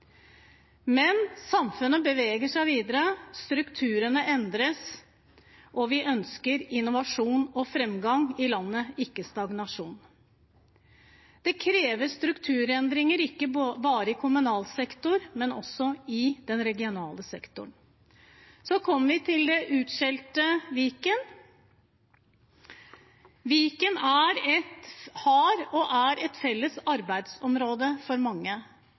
Samfunnet beveger seg videre, strukturene endres, og vi ønsker innovasjon og framgang i landet, ikke stagnasjon. Det krever strukturendringer, ikke bare i kommunal sektor, men også i den regionale sektoren. Så kom vi til det utskjelte Viken. Viken har og er et felles arbeidsområde for mange,